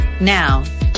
Now